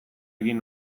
egin